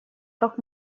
как